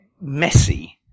messy